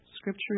Scripture